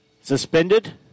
suspended